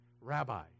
Rabbi